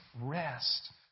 rest